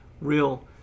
Real